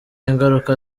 ingaruka